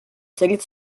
царит